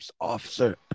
Officer